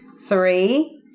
Three